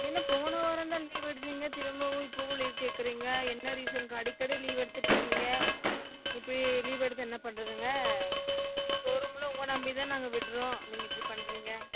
என்ன போன வாரம்தான் லீவ் எடுத்தீங்க திரும்பவும் இப்போவும் லீவ் கேட்கறீங்க என்ன ரீசனுக்கு அடிக்கடி லீவ் எடுத்துகிட்ருக்கீங்க இப்படி லீவ் எடுத்தால் என்ன பண்ணுறதுங்க ஷோ ரூமெலாம் உங்கள் நம்பி தான் நாங்கள் விடுறோம் நீங்கள் இப்படி பண்ணுறீங்க